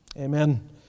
Amen